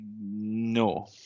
No